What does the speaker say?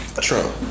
Trump